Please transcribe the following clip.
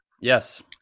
Yes